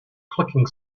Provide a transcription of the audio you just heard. clicking